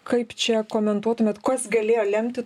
kaip čia komentuotumėt kas galėjo lemti